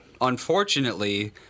unfortunately